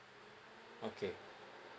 okay